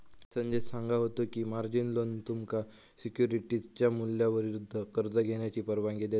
संदेश सांगा होतो की, मार्जिन लोन तुमका सिक्युरिटीजच्या मूल्याविरुद्ध कर्ज घेण्याची परवानगी देता